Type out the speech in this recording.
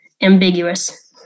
ambiguous